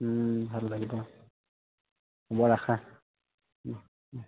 ভাল লাগিব দিয়া ৰাখা